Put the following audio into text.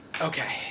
Okay